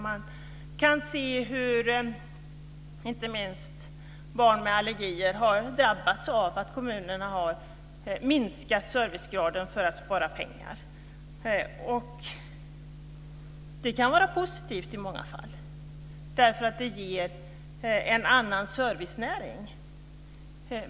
Man kan se hur inte minst barn med allergier har drabbats av att kommunerna har minskat servicegraden för att spara pengar. Det kan vara positivt i många fall, därför att det ger en annan servicenäring.